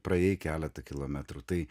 praėjai keletą kilometrų tai